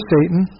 Satan